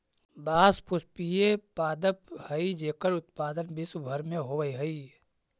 बाँस पुष्पीय पादप हइ जेकर उत्पादन विश्व भर में होवऽ हइ